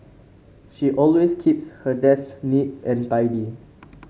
she always keeps her desk neat and tidy